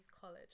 college